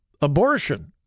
abortion